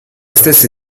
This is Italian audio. stesse